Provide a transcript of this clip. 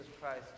Christ